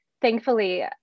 thankfully